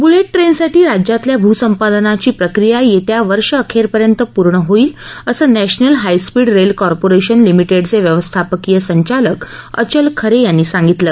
bullet ट्रेनसाठी राज्यातल्या भूसंपादनाची प्रक्रिया येत्या वर्षअखेरपर्यंत पूर्ण होईल असं नध्मिल हायस्पीड रेल कॉर्पोरेशन लिमिटेडचे व्यवस्थापकीय संचालक अचल खरे यांनी सांगितलं